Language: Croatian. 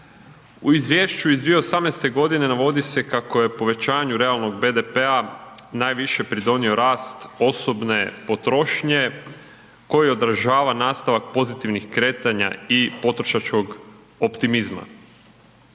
U izvješću iz 2018.g navodi se kako je povećanju realnog BDP-a najviše pridonio rast osobne potrošnje koji odražava nastavak pozitivnih kretanja i potrošačkog optimizma.